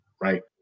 right